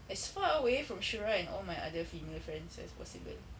as far away from shura and all my other female friends as possible